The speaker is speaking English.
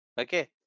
Okay